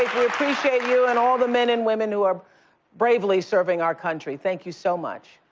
we appreciate you and all the men and women who are bravely serving our country. thank you so much.